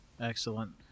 Excellent